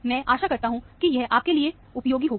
मैं आशा करता हूं कि यह आपके लिए उपयोगी होगा